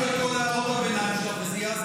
בסוף יאספו את כל הערות הביניים שלך